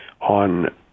on